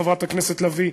חברת הכנסת לביא,